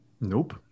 Nope